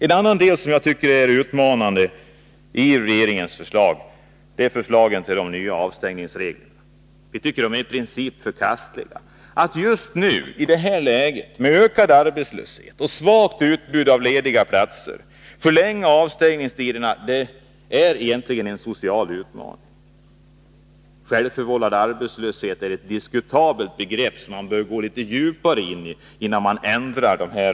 En annan del som jag tycker är utmanande i regeringens proposition är förslagen om nya avstängningsregler. Vi tycker att de är i princip förkastliga. Att just nu, i det här läget med ökad arbetslöshet och svagt utbud av lediga platser, förlänga avstängningstiderna är egentligen en social utmaning. Självförvållad arbetslöshet är ett diskutabelt begrepp, som man bör gå litet djupare in i innan man ändrar reglerna.